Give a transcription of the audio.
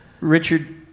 Richard